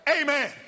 Amen